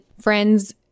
friends